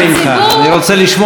דיברת עשר דקות.